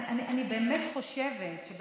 אני באמת חושבת שבתקופה,